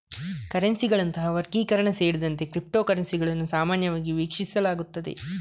ಕರೆನ್ಸಿಗಳಂತಹ ವರ್ಗೀಕರಣ ಸೇರಿದಂತೆ ಕ್ರಿಪ್ಟೋ ಕರೆನ್ಸಿಗಳನ್ನು ಸಾಮಾನ್ಯವಾಗಿ ವೀಕ್ಷಿಸಲಾಗುತ್ತದೆ